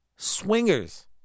swingers